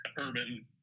urban